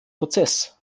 prozess